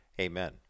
Amen